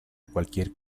cualquier